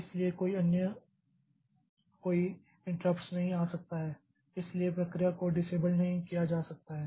इसलिए कोई अन्य कोई इंटराप्ट्स नहीं आ सकता है इसलिए प्रक्रिया को डिसेबल्ड नहीं किया जा सकता है